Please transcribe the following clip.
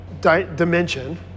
dimension